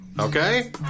Okay